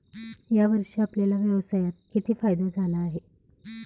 या वर्षी आपल्याला व्यवसायात किती फायदा झाला आहे?